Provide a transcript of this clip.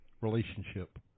relationship